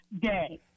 day